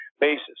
basis